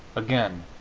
again,